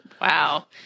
Wow